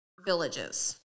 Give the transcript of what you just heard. villages